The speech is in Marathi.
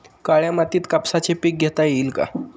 काळ्या मातीत कापसाचे पीक घेता येईल का?